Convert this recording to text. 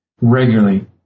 regularly